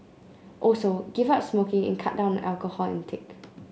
also give up smoking and cut down on alcohol intake